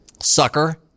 sucker